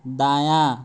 दायाँ